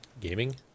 Gaming